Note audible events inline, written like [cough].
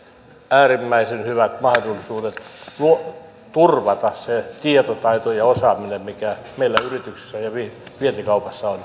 äärimmäisen hyvät mahdollisuudet turvata se tietotaito ja osaaminen mikä meillä yrityksissä ja vientikaupassa on [unintelligible]